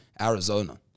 Arizona